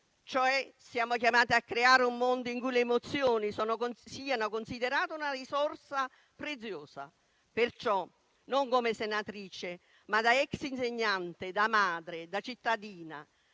cioè siamo chiamati a creare un mondo in cui le emozioni siano considerate una risorsa preziosa. Perciò non come senatrice, ma da ex insegnante, da madre, da cittadina